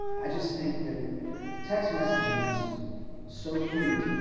i just think that text messaging is so huge,